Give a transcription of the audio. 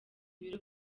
ibiro